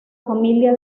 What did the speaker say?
familia